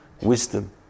wisdom